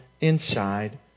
inside